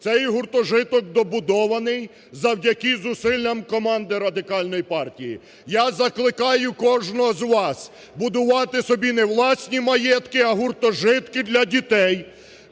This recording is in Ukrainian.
Цей гуртожиток добудований завдяки зусиллям команди Радикальної партії. Я закликаю кожного з вас будувати собі не власні маєтки, а гуртожитки для дітей,